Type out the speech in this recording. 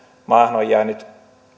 maahan on jäänyt